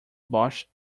bosch